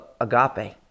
agape